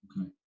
Okay